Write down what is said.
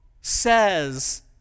says